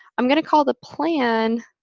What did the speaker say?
i'm going to call the plan